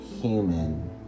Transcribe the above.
human